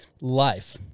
life